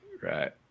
Right